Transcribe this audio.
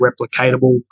replicatable